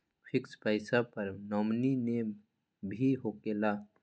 Fix पईसा पर nominee name भी होकेला?